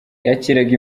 yakiraga